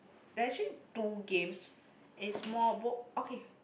there are actually two games is more both okay